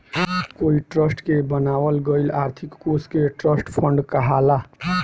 कोई ट्रस्ट के बनावल गईल आर्थिक कोष के ट्रस्ट फंड कहाला